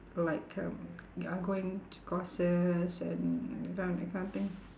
like um ya going to courses and that kind of that kind of thing